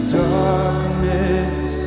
darkness